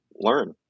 learn